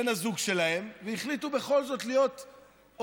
בן הזוג שלהן והחליטו בכל זאת להיות הורים.